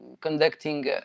conducting